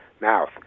mouth